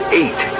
eight